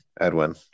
Edwin